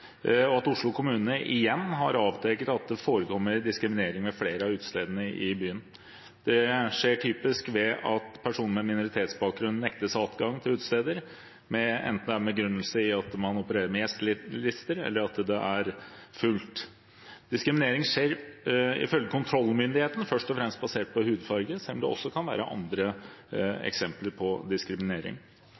og at Oslo kommune igjen har avdekket at det forekommer diskriminering ved flere av utestedene i byen. Det skjer typisk ved at personer med minoritetsbakgrunn nektes adgang til utesteder, enten det er med begrunnelse i at man opererer med gjestelister, eller at det er fullt. Diskriminering skjer ifølge kontrollmyndigheten først og fremst basert på hudfarge, selv om det også kan være andre eksempler på diskriminering.